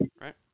Right